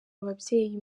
babyeyi